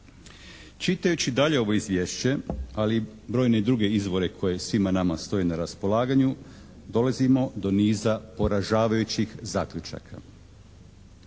Čitajući dalje ovo Izvješće, ali i brojne druge izvore koji svima nama stoje na raspolaganju dolazimo do niza poražavajućih zaključaka.